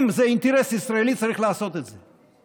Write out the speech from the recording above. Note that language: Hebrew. אם זה אינטרס ישראלי, צריך לעשות את זה.